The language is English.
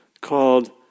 called